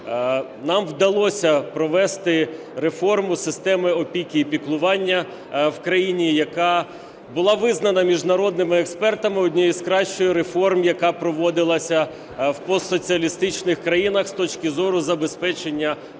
нам вдалося провести реформу системи опіки і піклування в країні, яка була визнана міжнародними експертами однією з кращою реформ, яка проводилася в постсоціалістичних країнах, з точки зору забезпечення